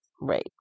Right